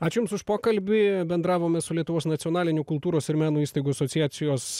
ačiū jums už pokalbį bendravome su lietuvos nacionalinių kultūros ir meno įstaigų asociacijos